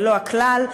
ולא הכלל.